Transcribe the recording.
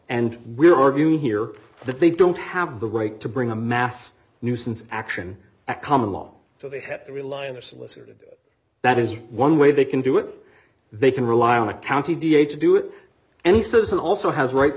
and we're arguing here that they don't have the right to bring a mass nuisance action a common law so they have to rely on their solicited that is one way they can do it they can rely on a county da to do it any citizen also has rights